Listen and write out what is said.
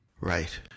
right